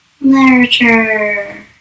Literature